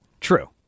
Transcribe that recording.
true